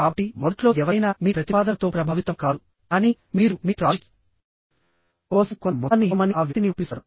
కాబట్టి మొదట్లో ఎవరైనా మీ ప్రతిపాదనతో ప్రభావితం కాదు కానీ మీరు మీ ప్రాజెక్ట్ కోసం కొంత మొత్తాన్ని ఇవ్వమని ఆ వ్యక్తిని ఒప్పిస్తారు